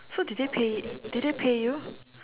so did they pay did they pay you